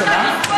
שמה?